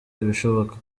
ibishoboka